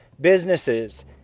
businesses